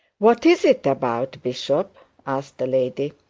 what is it about, bishop asked the lady.